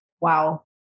wow